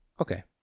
Okay